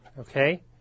Okay